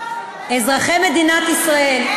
אזרחי מדינת ישראל,